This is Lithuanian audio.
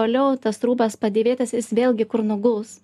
toliau tas rūbas padėvėtas jis vėlgi kur nuguls